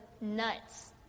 nuts